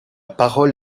parole